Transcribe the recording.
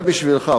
זה בשבילך,